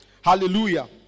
Hallelujah